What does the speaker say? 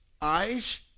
eyes